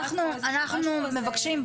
אנחנו מבקשים,